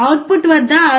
output వద్ద 6